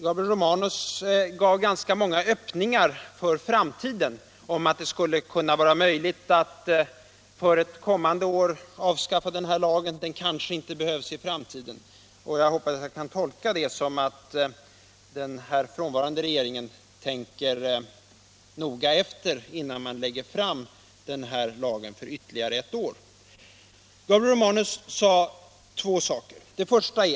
Gabriel Romanus gav ganska många öppningar för framtiden om att det skulle kunna vara möjligt att för kommande år avskaffa lagen, att den kanske inte behövs i framtiden. Jag hoppas jag kan tolka det så att regeringen noga tänker efter innan den lägger fram förslag om förlängning av lagen ytterligare ett år. Gabriel Romanus sade två saker som jag här vill ta upp.